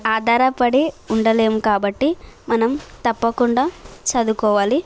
ఆధారపడి ఉండలేము కాబట్టి మనం తప్పకుండా చదువుకోవాలి